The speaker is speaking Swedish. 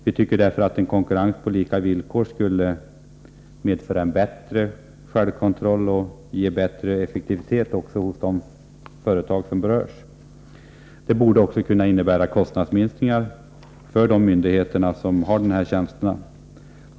Vi tycker att konkurrens på lika villkor skulle medföra en bättre självkontroll och ge bättre effektivitet hos de företag som berörs. Det borde också kunna innebära kostnadsminskningar för de myndigheter som svarar för de här tjänsterna.